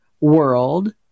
world